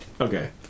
Okay